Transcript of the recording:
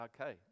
Okay